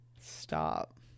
Stop